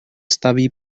staví